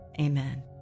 Amen